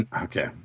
Okay